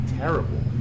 Terrible